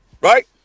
Right